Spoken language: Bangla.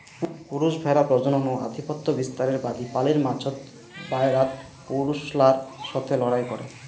পুরুষ ভ্যাড়া প্রজনন ও আধিপত্য বিস্তারের বাদী পালের মাঝোত, বায়রাত পুরুষলার সথে লড়াই করে